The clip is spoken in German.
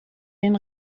den